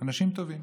אנשים טובים.